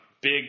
big